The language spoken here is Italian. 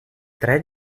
tre